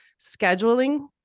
scheduling